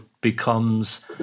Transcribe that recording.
becomes